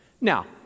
now